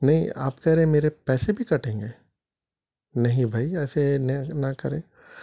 نہیں آپ کہہ رہے ہیں میرے پیسے بھی کٹیں گے نہیں بھائی ایسے نے نہ کریں